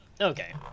Okay